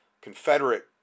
Confederate